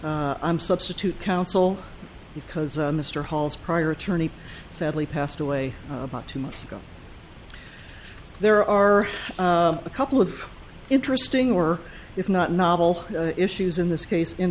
i'm substitute counsel because mr hall's prior attorney sadly passed away about two months ago there are a couple of interesting or if not novel issues in this case in